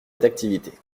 d’activité